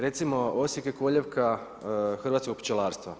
Recimo Osijek je koljevka hrvatskog pčelarstva.